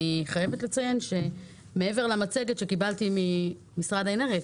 חייבת לציין שמעבר למצגת שקיבלתי ממשרד האנרגיה,